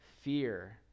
fear